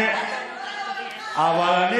אני --- אני גם עונה לו.